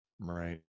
right